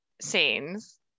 scenes